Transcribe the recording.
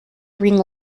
ring